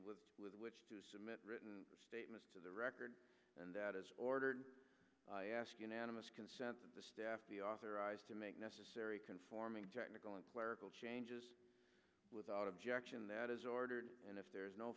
lives with which to submit written statements to the record and that is ordered i ask unanimous consent of the staff be authorized to make necessary conforming technical and clerical changes without objection that is ordered and if there is no